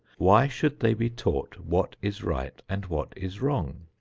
why should they be taught what is right and what is wrong?